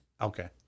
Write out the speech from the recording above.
Okay